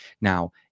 Now